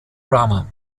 rama